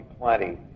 plenty